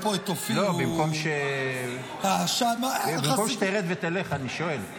במקום שתרד ותלך, אני שואל.